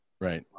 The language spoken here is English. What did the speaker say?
Right